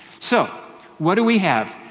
so what do we have?